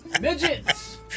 Midgets